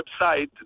website